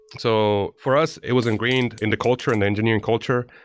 so for us it was ingrained in the culture, in the engineering culture.